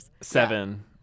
seven